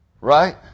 Right